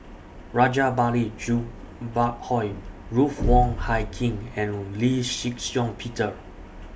Rajabali Jumabhoy Ruth Wong Hie King and Lee Shih Shiong Peter